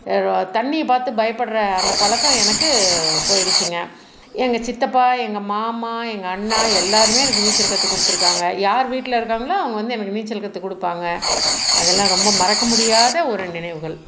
தண்ணியை பார்த்து பயப்புடுற அந்த பழக்கம் எனக்கு போய்டுச்சிங்க எங்கள் சித்தப்பா எங்கள் மாமா எங்கள் அண்ணா எல்லாருமே எனக்கு நீச்சல் கற்று கொடுத்துருக்காங்க யார் வீட்டில இருக்காங்களோ அவங்க வந்து எனக்கு நீச்சல் கற்று கொடுப்பாங்க அதெல்லாம் ரொம்ப மறக்க முடியாத ஒரு நினைவுகள்